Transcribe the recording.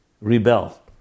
rebel